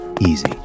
easy